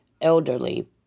elderly